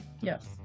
Yes